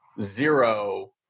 zero